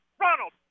Ronald